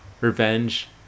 Revenge